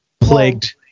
Plagued